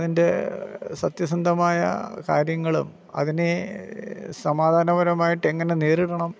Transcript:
അതിൻ്റെ സത്യസന്ധമായ കാര്യങ്ങളും അതിനെ സമാധാനപരമായിട്ട് എങ്ങനെ നേരിടണം